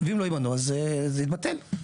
אם לא ימנו, אז זה יתבטל.